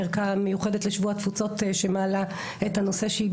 ערכה מיוחדת לשבוע התפוצות שמעלה את הנושא שהיא